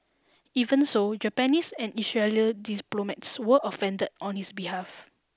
even so Japanese and Israeli diplomats were offended on his behalf